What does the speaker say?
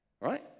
right